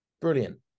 brilliant